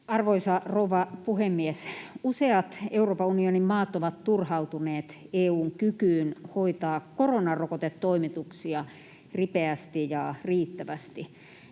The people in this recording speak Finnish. Arvoisa rouva puhemies! Useat Euroopan unionin maat ovat turhautuneet EU:n kykyyn hoitaa koronarokotetoimituksia ripeästi ja riittävästi,